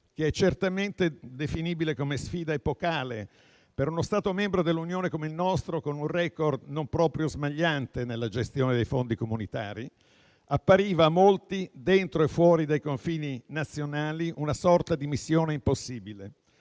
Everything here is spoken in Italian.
che è certamente definibile come epocale per uno Stato membro dell'Unione come il nostro, con un *record* non proprio smagliante nella gestione dei fondi comunitari, appariva a molti, dentro e fuori dai confini nazionali, come una sorta di missione impossibile